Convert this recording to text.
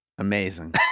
Amazing